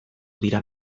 dira